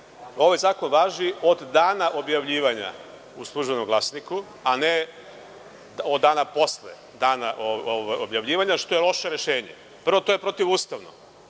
ovaj zakon važi od dana objavljivanja u „Službenom glasniku“, a ne od dana posle objavljivanja što je loše rešenje. Prvo, to je protivustavno.U